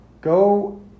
Go